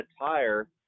tire